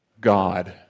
God